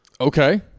Okay